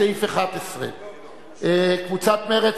סעיף 11. קבוצת מרצ,